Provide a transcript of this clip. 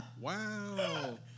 Wow